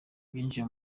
byinjiye